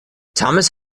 thomas